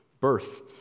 birth